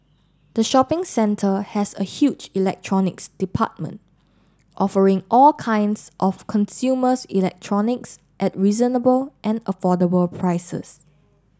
the shopping centre has a huge electronics department offering all kinds of consumers electronics at reasonable and affordable prices